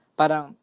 parang